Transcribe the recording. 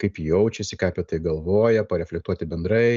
kaip jaučiasi ką apie tai galvoja pareflektuoti bendrai